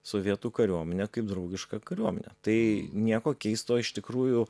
sovietų kariuomenę kaip draugišką kariuomenę tai nieko keisto iš tikrųjų